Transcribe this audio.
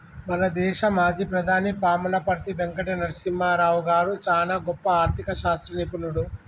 మన దేశ మాజీ ప్రధాని పాములపర్తి వెంకట నరసింహారావు గారు చానా గొప్ప ఆర్ధిక శాస్త్ర నిపుణుడు